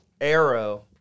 arrow